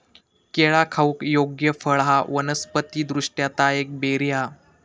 केळा खाऊक योग्य फळ हा वनस्पति दृष्ट्या ता एक बेरी हा